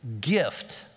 gift